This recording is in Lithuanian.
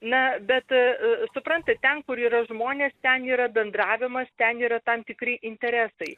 na bet suprantat ten kur yra žmonės ten yra bendravimas ten yra tam tikri interesai